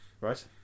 right